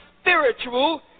spiritual